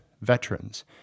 veterans